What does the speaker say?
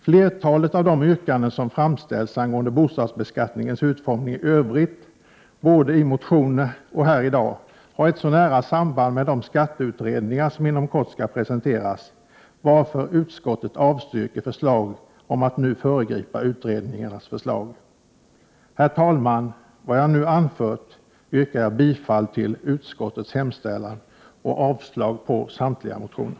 Flertalet av de yrkanden som har framställts angående bostadsbeskattningens utformning i övrigt både i motioner och här i dag har ett så nära samband med de skatteutredningar som inom kort skall presenteras att utskottet avstyrker förslag om att nu föregripa utredningsresultaten. Herr talman! Med vad jag nu har anfört yrkar jag bifall till utskottets hemställan och avslag på samtliga reservationer.